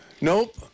Nope